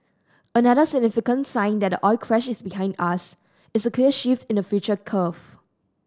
another significant sign that the oil crash is behind us is clear shift in the future curve